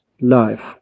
life